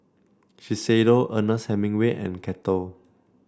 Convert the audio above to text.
Shiseido Ernest Hemingway and Kettle